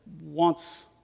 wants